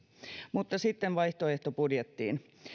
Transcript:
mutta sitten vaihtoehtobudjettiin